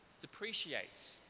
depreciates